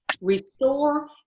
restore